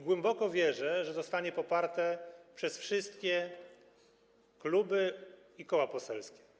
Głęboko wierzę, że zostanie ono poparte przez wszystkie kluby i koła poselskie.